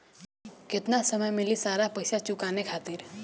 केतना समय मिली सारा पेईसा चुकाने खातिर?